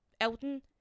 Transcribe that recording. Elton